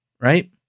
right